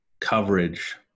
coverage